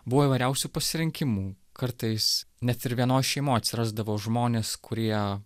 buvo įvairiausių pasirinkimų kartais net ir vienoj šeimoj atsirasdavo žmonės kurie